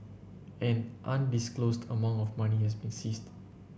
an undisclosed amount of money has been seized